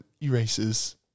erases